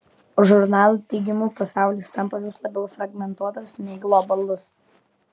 žurnalo teigimu pasaulis tampa vis labiau fragmentuotas nei globalus